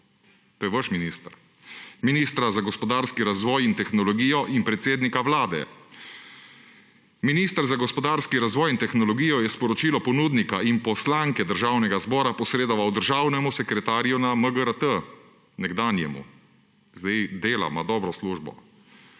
to je vaš minister, ministra za gospodarski razvoj in tehnologijo in predsednika Vlade. Minister za gospodarski razvoj in tehnologijo je sporočilo ponudnika in poslanke Državnega zbora posredoval nekdanjemu državnemu sekretarju na MGRT – sedaj dela, ima dobro službo